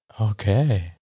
Okay